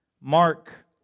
Mark